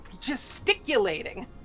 gesticulating